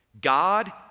God